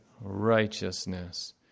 Righteousness